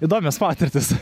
įdomios patirtys